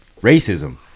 racism